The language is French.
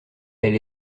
elle